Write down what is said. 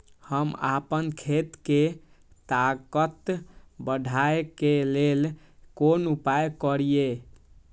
हम आपन खेत के ताकत बढ़ाय के लेल कोन उपाय करिए?